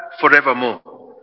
forevermore